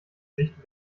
sicht